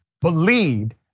believed